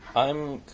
i'm